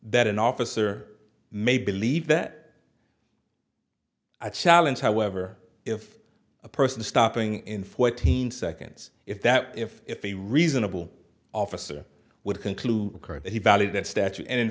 that an officer may believe that a challenge however if a person is stopping in fourteen seconds if that if if a reasonable officer would conclude that he valued that statue and in